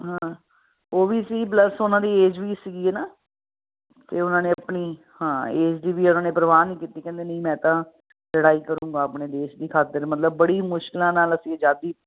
ਹਾਂ ਉਹ ਵੀ ਸੀ ਪਲੱਸ ਉਹਨਾਂ ਦੀ ਏਜ ਵੀ ਸੀਗੀ ਨਾ ਅਤੇ ਉਹਨਾਂ ਨੇ ਆਪਣੀ ਹਾਂ ਏਜ ਦੀ ਵੀ ਉਹਨਾਂ ਨੇ ਪ੍ਰਵਾਹ ਨਹੀਂ ਕੀਤੀ ਕਹਿੰਦੇ ਨਹੀਂ ਮੈਂ ਤਾਂ ਲੜਾਈ ਕਰੂੰਗਾ ਆਪਣੇ ਦੇਸ਼ ਦੀ ਖਾਤਰ ਮਤਲਬ ਬੜੀ ਮੁਸ਼ਕਲਾਂ ਨਾਲ ਅਸੀਂ ਆਜ਼ਾਦੀ